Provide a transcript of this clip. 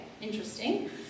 Interesting